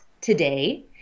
today